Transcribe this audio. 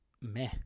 meh